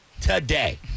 today